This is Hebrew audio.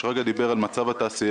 שרגא ברוש דיבר על מצב התעשייה.